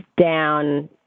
down